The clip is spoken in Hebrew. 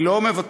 היא לא מוותרת,